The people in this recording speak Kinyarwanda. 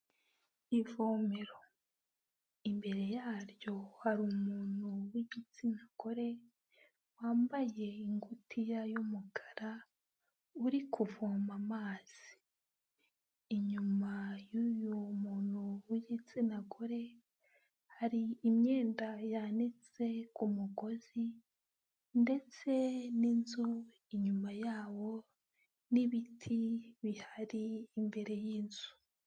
Ivomero. Imbere yaryo hari umuntu w'igitsina gore, wambaye ingutiya y' umukara uri kuvoma amazi. Inyuma y' uyu muntu w'igitsina gore, hari imyenda yanitse ku mugozi ndetse n'inzu inyuma yawo n'ibiti bihari imbere y'inzu.